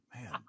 Man